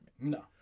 No